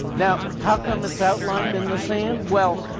now, how come it's outlined in the sand? well,